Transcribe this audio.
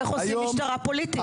איך עושים משטרה פוליטית?